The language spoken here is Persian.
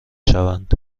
شوند